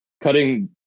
cutting